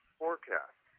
forecast